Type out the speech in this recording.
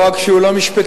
לא רק שהוא לא משפטן,